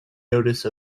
notice